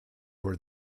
were